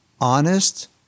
honest